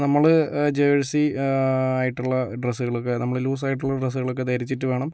നമ്മള് ജേഴ്സി ആയിട്ടുള്ള ഡ്രസ്സുകളൊക്കെ നമ്മള് ലൂസായിട്ടുള്ള ഡ്രസ്സുകളൊക്കെ ധരിച്ചിട്ട് വേണം